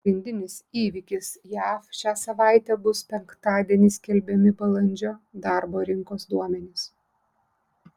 pagrindinis įvykis jav šią savaitę bus penktadienį skelbiami balandžio darbo rinkos duomenys